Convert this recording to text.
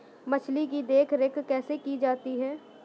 मछली की देखरेख कैसे की जाती है?